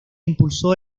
impulsó